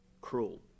cruel